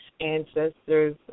Ancestors